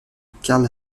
karl